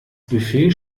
buffet